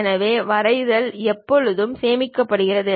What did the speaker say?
எனவே வரைதல் எப்போதும் சேமிக்கப்படும்